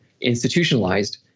institutionalized